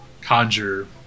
conjure